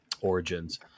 origins